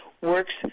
works